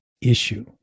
issue